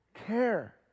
care